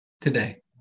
today